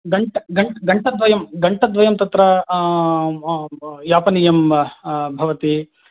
घण् घण्ट् घण्टाद्वयं घण्टाद्वयं तत्र यापनीयं भवति